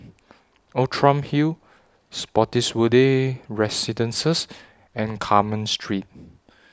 Outram Hill Spottiswoode Residences and Carmen Street